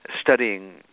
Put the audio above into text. studying